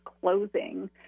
closing